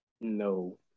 no